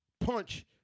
punch